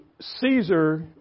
Caesar